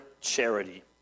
charity